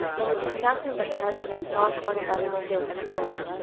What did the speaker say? and would do nothing but crouch in a small corner by the window and cry.